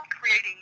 creating